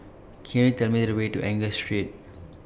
Can YOU Tell Me The Way to Angus Street